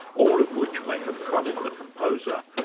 all of which may have troubled the composer,